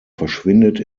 verschwindet